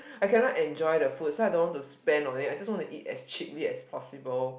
I cannot enjoyed the food so I don't want to spend on it I just want to eat as cheaply as possible